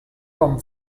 com